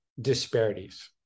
disparities